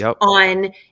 on